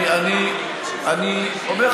אני אומר,